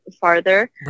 farther